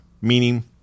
Meaning